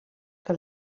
que